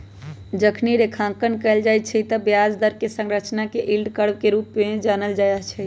जखनी रेखांकन कएल जाइ छइ तऽ ब्याज दर कें संरचना के यील्ड कर्व के रूप में जानल जाइ छइ